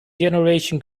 generation